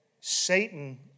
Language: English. Satan